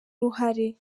uruhare